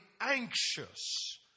anxious